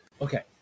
Okay